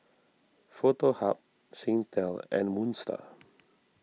Foto Hub Singtel and Moon Star